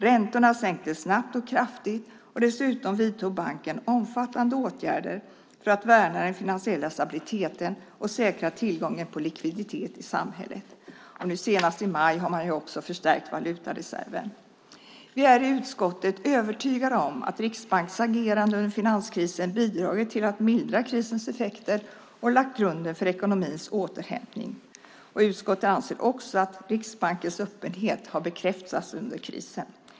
Räntorna sänktes snabbt och kraftigt, och dessutom vidtog banken omfattande åtgärder för att värna den finansiella stabiliteten och säkra tillgången på likviditet i samhället. Nu senast i maj har man också förstärkt valutareserven. Vi är i utskottet övertygade om att Riksbankens agerande under finanskrisen bidragit till att mildra krisens effekter och lagt grunden för ekonomins återhämtning. Utskottet anser också att Riksbankens öppenhet har bekräftats under krisen.